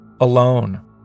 alone